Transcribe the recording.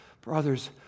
Brothers